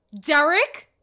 Derek